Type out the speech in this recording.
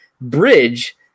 bridge